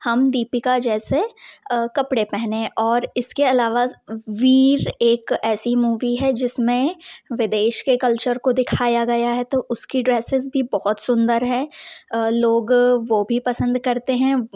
हम दीपिका जैसे कपड़े पहने और इसके अलावाज़ वीर एक ऐसी मुवी है जिसमें विदेश के कल्चर को दिखाया गया है तो उसकी ड्रेसेज़ भी बहुत सुंदर हैं लोग वो भी पसंद करते हैं